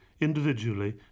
individually